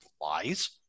Lies